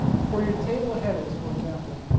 for your table headers for example